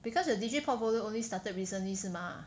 because your digi portfolio only started recently 是 mah